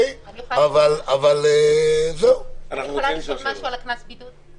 אני רוצה לשאול משהו על קנס הבידוד.